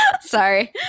Sorry